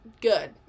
Good